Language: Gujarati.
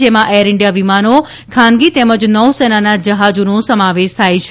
જેમાં એર ઇન્ડીયા વિમાનો તેમજ નૌસેનાના જહાજોનો સમાવેશ થાય છે